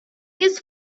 his